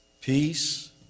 peace